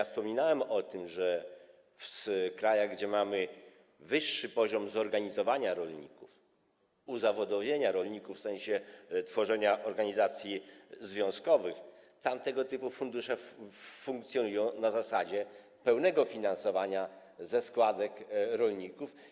Wspominałem o tym, że w krajach, gdzie jest wyższy poziom zorganizowania rolników, uzawodowienia rolników w sensie tworzenia organizacji związkowych, tego typu fundusze funkcjonują na zasadzie pełnego finansowania ze składek rolników.